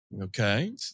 Okay